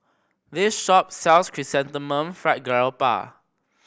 this shop sells Chrysanthemum Fried Garoupa